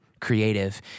creative